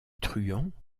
truands